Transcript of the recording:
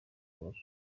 kubaka